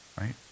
right